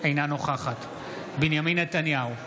אינה נוכחת בנימין נתניהו,